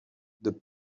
the